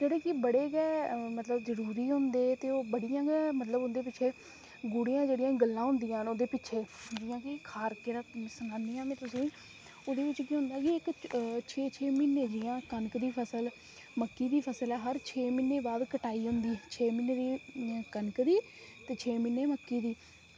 जेह्ड़े कि बड़े गै मतलब जरूरी होंदे ते ओह् बड़ियां गै मतलब उंदे पिच्छै गूढ़ियां जेह्ड़ियां गल्लां होंदियां न ओह्दे पिच्छें जियां कीिखारकें दा सनान्नी आं में तुसेंगी ते ओह्दे च केह् होंदा कि जियां छे छे म्हीनै कनक दी फसल मक्की दी फसल ऐ हर छे म्हीनै दे बाद कटाई होंदी छे म्हीने कनक दी ते छे म्हीने मक्कें दी